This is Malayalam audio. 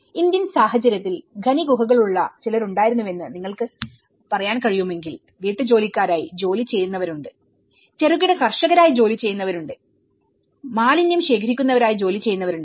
ഇന്ത്യൻ സാഹചര്യത്തിൽ ഖനി ഗുഹകളുള്ള ചിലരുണ്ടായിരുന്നുവെന്ന് നിങ്ങൾക്ക് പറയാൻ കഴിയുമെങ്കിൽ വീട്ടുജോലിക്കാരായി ജോലി ചെയ്യുന്നവരുണ്ട് ചെറുകിട കർഷകരായി ജോലി ചെയ്യുന്നവരുണ്ട് മാലിന്യം ശേഖരിക്കുന്നവരായി ജോലി ചെയ്യുന്നവരുണ്ട്